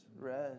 Rest